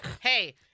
Hey